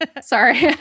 Sorry